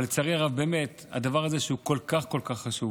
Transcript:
אבל לצערי הרב, הדבר הזה, שהוא כל כך כל כך חשוב,